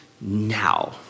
now